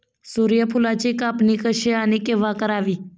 सूर्यफुलाची कापणी कशी आणि केव्हा करावी?